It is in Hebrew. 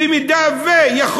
במידה ש-,